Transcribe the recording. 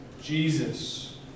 Jesus